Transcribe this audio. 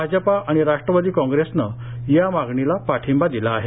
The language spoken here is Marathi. भाजपा आणि राष्ट्रवादी कॉग्रेसनं या मागणीला पाठिंबा दिला आहे